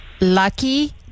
Lucky